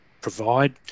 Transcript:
provide